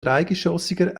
dreigeschossiger